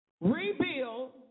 Rebuild